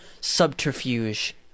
subterfuge